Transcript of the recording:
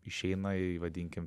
išeina į vadinkim